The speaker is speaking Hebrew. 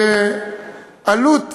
מעלות